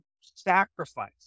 sacrifice